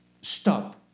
stop